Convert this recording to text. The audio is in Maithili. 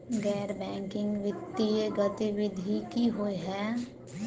गैर बैंकिंग वित्तीय गतिविधि की होइ है?